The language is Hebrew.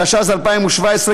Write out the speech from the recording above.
התשע"ז 2017,